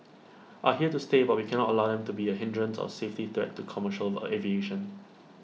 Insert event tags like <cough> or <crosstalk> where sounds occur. are here to stay but we cannot allow them to be A hindrance or safety threat to commercial <unintelligible> aviation